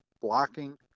blocking